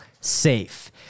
safe